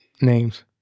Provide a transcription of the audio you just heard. names